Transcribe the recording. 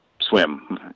swim